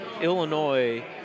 Illinois